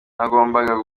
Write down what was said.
nagombaga